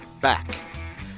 back